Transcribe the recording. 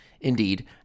Indeed